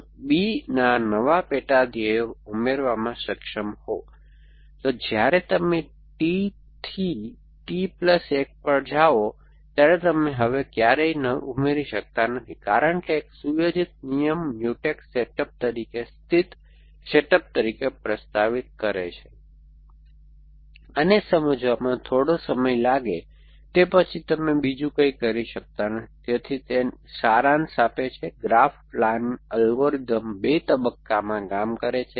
જો B નવા પેટા ધ્યેયો ઉમેરવામાં સક્ષમ હોય તો જ્યારે તમે T થી T પ્લસ 1 પર જાઓ ત્યારે તમે હવે ક્યારેય ઉમેરી શકતા નથી કારણ કે એક સુયોજિત નિયમ મ્યુટેક્સ સેટઅપ તરીકે સ્થિર સેટઅપ તરીકે પ્રસ્તાવિત કરે છે તેથી આને સમજવામાં થોડો સમય લાગે તે પછી તમે બીજું કંઈ કરી શકતા નથી તેથી તે સારાંશ આપે છે ગ્રાફ પ્લાન અલ્ગોરિધમ 2 તબક્કામાં કામ કરે છે